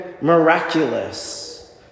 miraculous